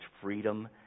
freedom